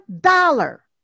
dollar